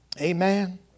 Amen